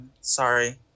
Sorry